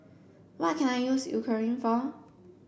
what can I use Eucerin for